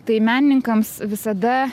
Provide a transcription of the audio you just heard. tai menininkams visada